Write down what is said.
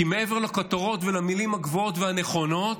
כי מעבר לכותרות ולמילים הגבוהות והנכונות,